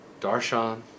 darshan